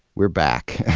we're back. and